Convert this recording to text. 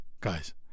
guys